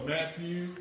Matthew